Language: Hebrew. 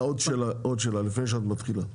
עוד שאלה, לפני שאת מתחילה.